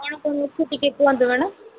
କ'ଣ କହୁଛନ୍ତି ଟିକେ କୁହନ୍ତୁ ମ୍ୟାଡମ